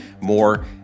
more